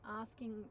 asking